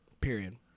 Period